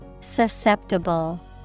Susceptible